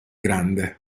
grande